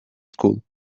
school